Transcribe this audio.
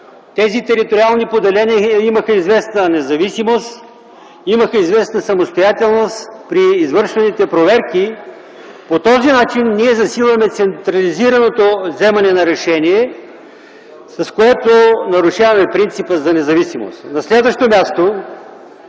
Тези териториални поделения имаха известна независимост, известна самостоятелност при извършваните проверки. По този начин ние засилваме централизираното вземане на решение, с което нарушаваме принципа за независимост. На следващо място,